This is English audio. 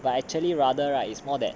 but actually rather right is more than